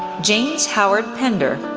james howard pinder.